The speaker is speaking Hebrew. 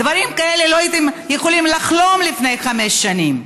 על דברים כאלה לא הייתם יכולים לחלום לפני חמש שנים,